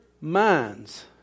minds